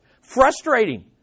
Frustrating